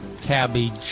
cabbage